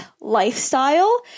lifestyle